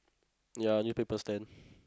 ya new paper stand